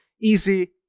easy